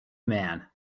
man